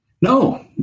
No